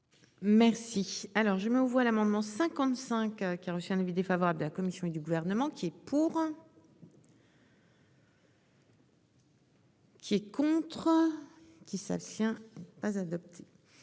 Merci. Alors je mets aux voix l'amendement 55 qui a reçu un avis défavorable de la Commission et du gouvernement qui est. Pour. Qui est contre. Qui ça tient pas adopté.